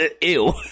ew